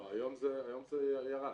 לא, היום זה ירד.